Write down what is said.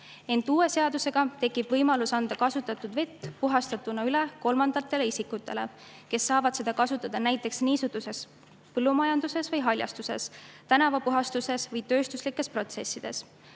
Uue seadusega tekib võimalus anda kasutatud vett puhastatuna üle kolmandatele isikutele, kes saavad seda kasutada näiteks niisutuses põllumajanduses või haljastuses, tänavapuhastuses või tööstuslikes protsessides.